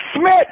Smith